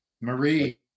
Marie